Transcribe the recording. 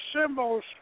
symbols